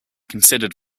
considered